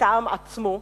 מטעם עצמו,